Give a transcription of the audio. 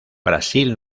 brasil